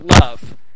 love